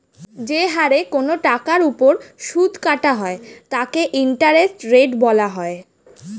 যে হারে কোন টাকার উপর সুদ কাটা হয় তাকে ইন্টারেস্ট রেট বলা হয়